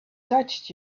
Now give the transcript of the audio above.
touched